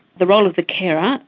the role of the carer, um